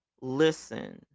listen